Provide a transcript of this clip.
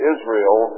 Israel